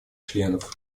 членов